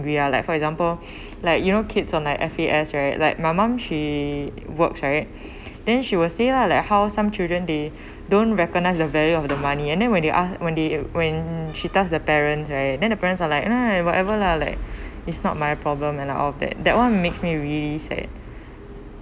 we are like for example like you know kids on the F_A_S right like my mum she works right then she will say lah like how some children they don't recognise the value of the money and then when they ask when they when she tells the parents right then the parents are like err whatever lah like it's not my problem and all that that [one] makes me really sad